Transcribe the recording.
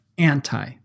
Anti